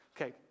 Okay